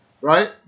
right